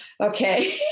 okay